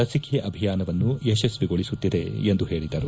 ಲಸಿಕೆ ಅಭಿಯಾನವನ್ನು ಯತಸ್ನಿಗೊಳಿಸುತ್ತಿದೆ ಎಂದು ಹೇಳಿದರು